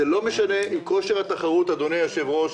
לא משנה אם כושר התחרות, אדוני היושב-ראש,